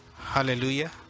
Hallelujah